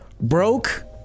broke